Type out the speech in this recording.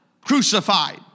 crucified